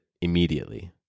immediately